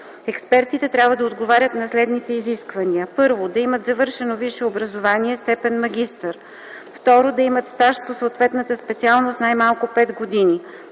Експертите трябва да отговарят на следните изисквания: 1. да имат завършено висше образование, степен магистър; 2. да имат стаж по съответната специалност най-малко 5 години;